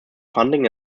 funding